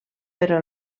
però